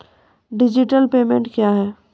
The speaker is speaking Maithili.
डिजिटल पेमेंट क्या हैं?